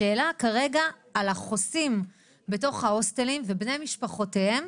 השאלה כרגע היא על החוסים בתוך ההוסטלים ובני משפחותיהם,